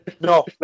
No